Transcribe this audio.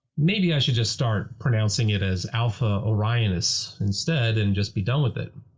maybe i should just start pronouncing it as alpha orionis instead and just be done with it.